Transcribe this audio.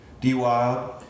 D-Wild